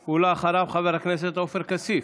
ואחריו, חבר הכנסת עופר כסיף.